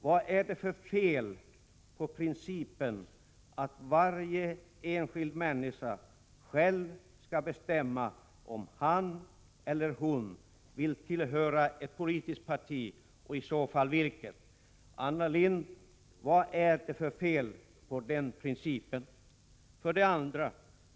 Vad är det för fel på principen att varje enskild människa själv skall bestämma om han eller hon vill tillhöra ett politiskt parti och i så fall bestämma vilket? Anna Lindh, vad är det för fel på den principen? 2.